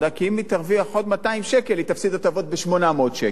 כי אם היא תרוויח עוד 200 שקל היא תפסיד הטבות ב-800 שקל.